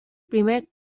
primer